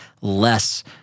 less